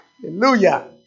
Hallelujah